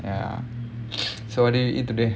ya so what did you eat today